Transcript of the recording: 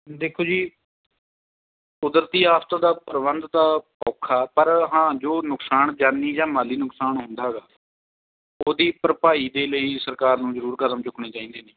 ਦੇਖੋ ਜੀ ਕੁਦਰਤੀ ਆਫਤ ਦਾ ਪ੍ਰਬੰਧ ਤਾਂ ਔਖਾ ਪਰ ਹਾਂ ਜੋ ਨੁਕਸਾਨ ਜਾਨੀ ਜਾਂ ਮਾਲੀ ਨੁਕਸਾਨ ਹੁੰਦਾ ਗਾ ਉਹਦੀ ਭਰਪਾਈ ਦੇ ਲਈ ਸਰਕਾਰ ਨੂੰ ਜ਼ਰੂਰ ਕਦਮ ਚੁੱਕਣੇ ਚਾਹੀਦੇ ਨੇ